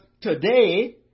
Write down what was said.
today